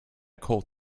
cold